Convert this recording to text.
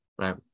right